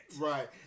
Right